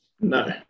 No